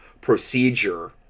procedure